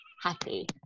happy